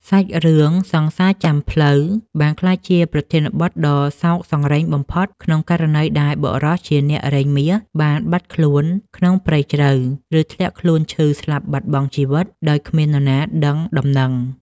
សាច់រឿង សង្សារចាំផ្លូវ បានក្លាយជាប្រធានបទដ៏សោកសង្រេងបំផុត ក្នុងករណីដែលបុរសជាអ្នករែងមាសបានបាត់ខ្លួនក្នុងព្រៃជ្រៅ ឬធ្លាក់ខ្លួនឈឺស្លាប់បាត់បង់ជីវិតដោយគ្មាននរណាដឹងដំណឹង។